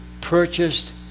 purchased